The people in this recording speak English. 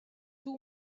too